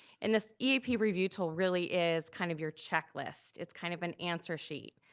and this eap review tool really is kind of your checklist. it's kind of an answer sheet.